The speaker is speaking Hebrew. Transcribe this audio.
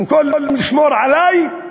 במקום לשמור עלי,